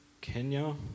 Kenya